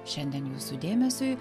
šiandien jūsų dėmesiui